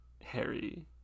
Harry